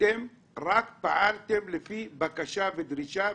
אתם רק פעלתם לפי בקשה ודרישה,